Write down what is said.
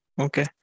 Okay